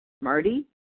Marty